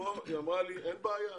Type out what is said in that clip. שפה היא אמרה לי: אין בעיה,